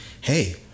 hey